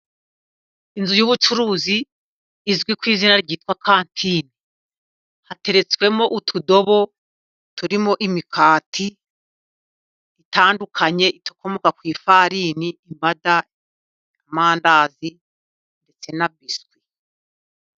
Inzu y'ubucuruzi izwi ku izina ryitwa kantine, hateretswemo utudobo turimo imikati itandukanye ikomoka ku ifarini imbada, amandazi, ndetse na biswi.